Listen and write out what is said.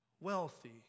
wealthy